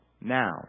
Now